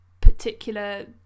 particular